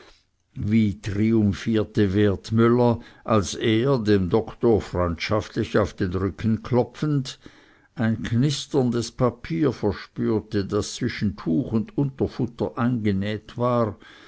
wie triumphierte wertmüller als er dem doktor freundschaftlich auf den rücken klopfend ein knisterndes papier verspürte das zwischen tuch und unterfutter eingenäht war